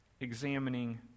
examining